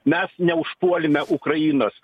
mes neužpuolėme ukrainos